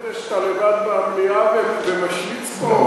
אתה מנצל את זה שאתה לבד במליאה ומשמיץ פה,